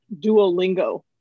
Duolingo